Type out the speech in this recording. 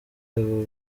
aba